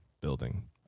building